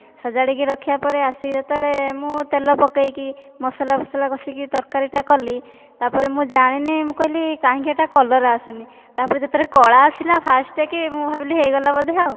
ସଜାଡିକି ରଖିବା ପରେ ଆସିକି ଯେତବେଳେ ମୁଁ ତେଲ ପକାଇକି ମସଲା ଫସଲା କସିକି ତରକାରୀ ଟା କଲି ତାପରେ ମୁଁ ଜାଣିନି ମୁଁ କହିଲି କାହିଁକି ଏଟା କଲର୍ ଆସୁନି ତାପରେ ଯେତବେଳେ କଳା ଆସିଲା ଫାଷ୍ଟେ କି ମୁଁ ଭାବିଲି ହୋଇଗଲା ବୋଧେ ଆଉ